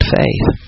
faith